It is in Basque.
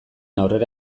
aurrera